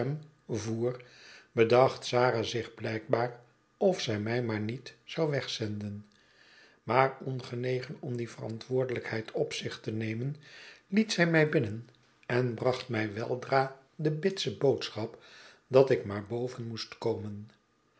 voer bedacht sarah zich blijkbaar of zij mij maar niet zou wegzenden maar ongenegen om die verantwoordelijkheid op zich te nemen liet zij mij binnen en bracht mij weldra de bitse boodschap dat ik maar boven moest komen